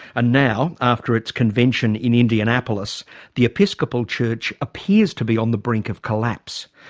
and now after its convention in indianapolis the episcopal church appears to be on the brink of collapse.